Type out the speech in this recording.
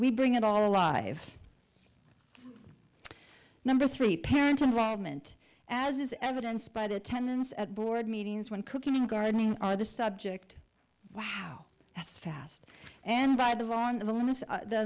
we bring it all alive number three parent involvement as is evidenced by the attendance at board meetings when cooking and gardening are the subject wow that's fast and by the